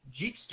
Jeepster